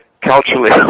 culturally